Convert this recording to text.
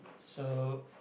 so